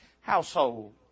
household